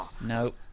Nope